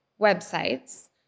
websites